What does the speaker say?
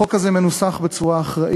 החוק הזה מנוסח בצורה אחראית.